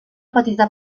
petita